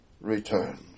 returns